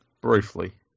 Briefly